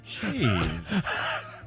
Jeez